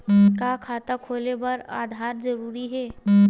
का खाता खोले बर आधार जरूरी हे?